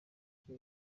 icyo